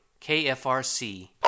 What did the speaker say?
KFRC